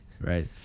Right